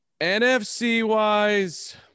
NFC-wise